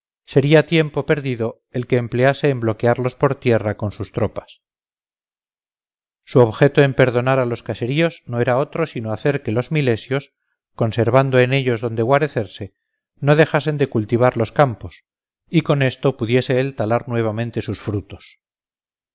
sería tiempo perdido el que emplease en bloquearlos por tierra con sus tropas su objeto en perdonar a los caseríos no era otro sino hacer que los milesios conservando en ellos donde guarecerse no dejasen de cultivar los campos y con esto pudiese él talar nuevamente sus frutos